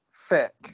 Thick